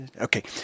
Okay